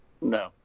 No